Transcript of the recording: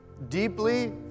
deeply